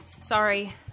Sorry